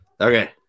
Okay